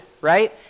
right